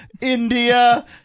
India